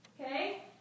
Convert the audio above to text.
Okay